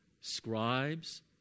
Scribes